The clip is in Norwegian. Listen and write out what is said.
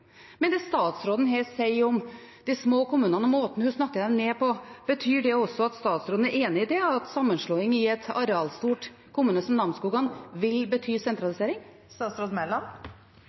Men når det gjelder det som statsråden her sier om de små kommunene, og måten hun snakker dem ned på, betyr det også at statsråden er enig i det, at sammenslåing i en arealstor kommune som Namsskogan vil bety sentralisering?